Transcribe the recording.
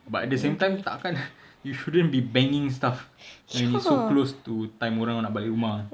but at the same time tak kan you shouldn't be banging stuff when it's so close to time orang nak balik rumah